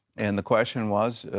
and the question was,